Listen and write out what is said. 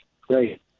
great